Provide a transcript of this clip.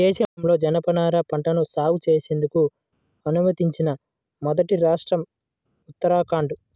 దేశంలో జనపనార పంటను సాగు చేసేందుకు అనుమతించిన మొదటి రాష్ట్రం ఉత్తరాఖండ్